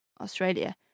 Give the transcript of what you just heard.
Australia